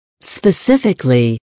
Specifically